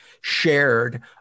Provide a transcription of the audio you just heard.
shared